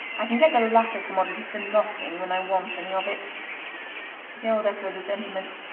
i can get the latter commodity for nothing when i want any of it gerald echoed the sentiment.